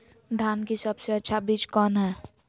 धान की सबसे अच्छा बीज कौन है?